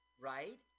Right